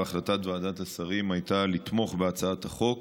והחלטת ועדת השרים הייתה לתמוך בהצעת החוק